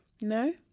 no